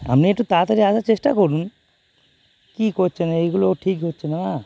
আপনি একটু তাড়াতাড়ি আসার চেষ্টা করুন কী করছেন এইগুলো ঠিক হচ্ছে না না